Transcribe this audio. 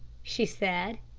she said.